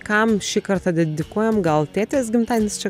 kam šį kartą dedikuojam gal tėtės gimtadienis čia